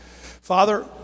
Father